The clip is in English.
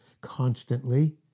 constantly